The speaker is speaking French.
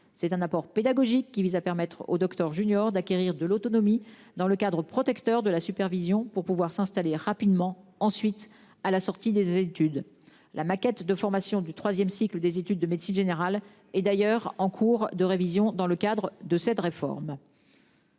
C'est un apport pédagogique qui vise à permettre au docteurs juniors d'acquérir de l'autonomie dans le cadre protecteur de la supervision pour pouvoir s'installer rapidement ensuite à la sortie des études, la maquette de formation du 3ème cycle des études de médecine générale et d'ailleurs en cours de révision. Dans le cadre de cette réforme.--